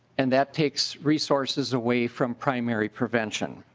and that takes resources away from primary prevention.